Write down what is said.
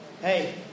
Hey